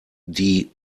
die